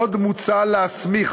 עוד מוצע להסמיך